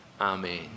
Amen